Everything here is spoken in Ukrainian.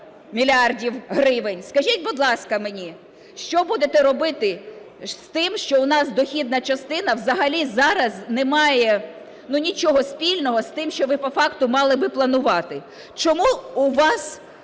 мільярдів гривень. Скажіть, будь ласка, мені, що будете робити з тим, що у нас дохідна частина взагалі зараз не має нічого спільного з тим, що ви по факту мали б планувати? Чому у вас